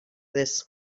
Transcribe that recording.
this